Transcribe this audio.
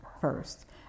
first